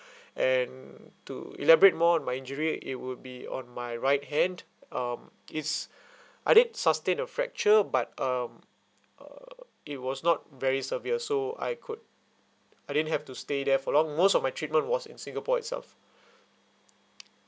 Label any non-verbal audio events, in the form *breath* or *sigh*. *breath* and to elaborate more on my injury it would be on my right hand um it's *breath* I did sustain a fracture but um uh it was not very severe so I could I didn't have to stay there for long most of my treatment was in singapore itself